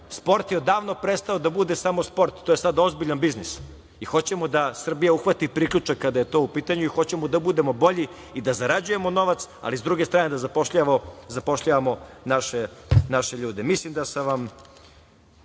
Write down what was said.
Sport je odavno prestao da bude sport. To je sada ozbiljan biznis i hoćemo da Srbija uhvati priključak kada je to u pitanju i hoćemo da budemo bolji i da zarađujemo novac, ali s druge strane da zapošljavamo naše ljude. Mislim da sam vam